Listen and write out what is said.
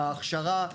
ההכשרה,